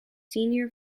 senior